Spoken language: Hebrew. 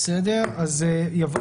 בסדר גמור.